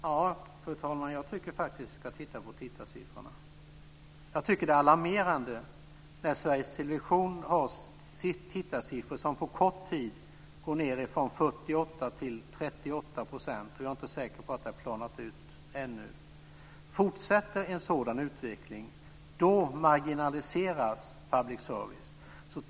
Fru talman! Ja, jag tycker faktiskt att vi ska titta på tittarsiffrorna. Jag tycker att det är alarmerande när Sveriges Television har tittarsiffror som på kort tid går ned ifrån 48 % till 38 %, och jag är inte säker på att de har planat ut ännu. Fortsätter en sådan utveckling så marginaliseras public service.